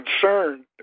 concerned